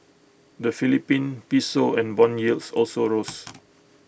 the Philippine Piso and Bond yields also rose